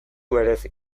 berezi